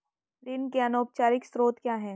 ऋण के अनौपचारिक स्रोत क्या हैं?